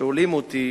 שואלים אותי